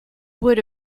would